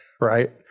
right